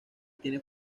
tiene